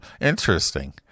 Interesting